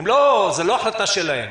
זו לא החלטה שלהם,